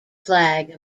flag